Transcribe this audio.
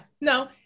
no